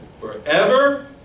forever